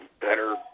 better